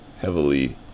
Heavily